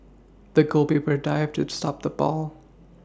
the goal paper dived to stop the ball